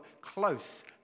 close